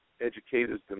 educators